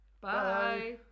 bye